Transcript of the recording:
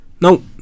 No